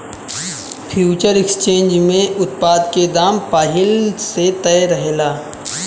future exchange में उत्पाद के दाम पहिल से तय रहेला